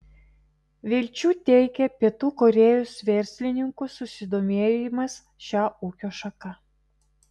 vilčių teikia pietų korėjos verslininkų susidomėjimas šia ūkio šaka